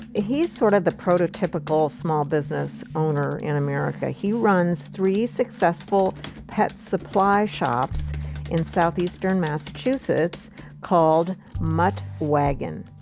he's sort of the prototypical small business owner in america. he runs three successful pet supply shops in southeastern massachusetts called mutt waggin'.